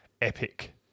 epic